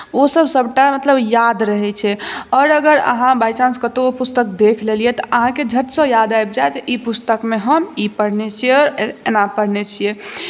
ओ सभ सभटा मतलब याद रहैत छै आओर अगर अहाँ बाइ चान्स कतहु ओ पुस्तक देख लेलियै तऽ अहाँकेँ झटसँ याद आबि जायत जे ई पुस्तकमे हम ई पढ़ने छियै आओर एना पढ़ने छियै